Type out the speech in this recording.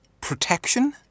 protection